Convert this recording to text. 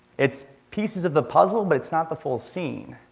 it's pieces of the puzzle, but it's not the full scene.